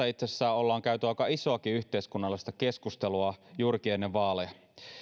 itse asiassa ollaan käyty aika isoakin yhteiskunnallista keskustelua juurikin ennen vaaleja